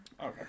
Okay